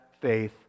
faith